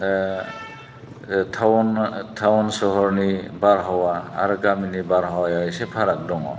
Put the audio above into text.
town सहरनि बारहावा आरो गामिनि बारहावायाव एसे फाराग दङ